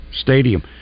Stadium